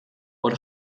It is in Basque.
hor